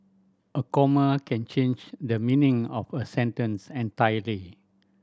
a comma can change the meaning of a sentence entirely